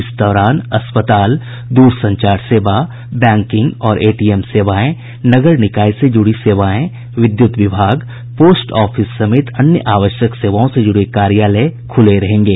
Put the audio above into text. इस दौरान अस्पताल दूरसंचार सेवा बैंकिंग और एटीएम सेवाएं नगर निकाय से जुड़ी सेवाएं विद्युत विभाग पोस्ट ऑफिस समेत अन्य आवश्यक सेवाओं से जुड़े कार्यालय खुले रहेंगे